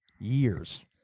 years